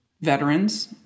veterans